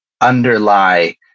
underlie